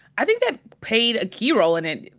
i think that played a key role in it.